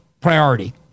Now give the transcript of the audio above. priority